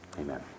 Amen